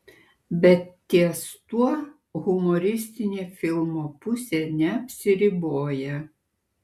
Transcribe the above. bet ties tuo humoristinė filmo pusė neapsiriboja